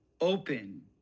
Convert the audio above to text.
open